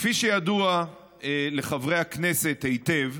כפי שידוע לחברי הכנסת היטב,